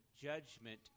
judgment